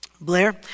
Blair